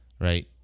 right